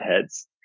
heads